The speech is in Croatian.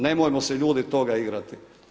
Nemojmo se ljudi toga igrati.